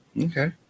Okay